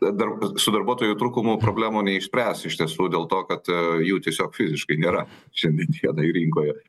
dar su darbuotojų trūkumu problemų neišspręs iš tiesų dėl to kad jų tiesiog fiziškai nėra šiandien dienai rinkoje